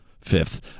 fifth